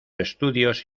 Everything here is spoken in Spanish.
estudios